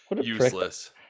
useless